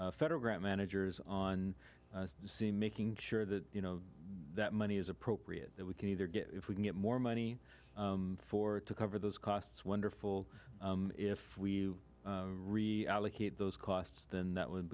federal grant managers on see making sure that you know that money is appropriate that we can either get if we can get more money for it to cover those costs wonderful if we really allocate those costs then that would